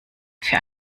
für